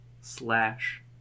slash